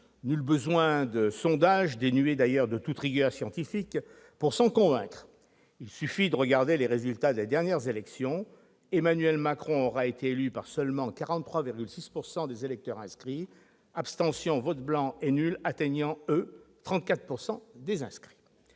Nul besoin de sondages, d'ailleurs dénués de toute rigueur scientifique, pour s'en convaincre. Il suffit de regarder les résultats des dernières élections : Emmanuel Macron aura été élu par seulement 43,6 % des électeurs inscrits, l'abstention et les votes blancs ou nuls atteignant, quant à eux, 34 % des inscrits.